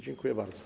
Dziękuję bardzo.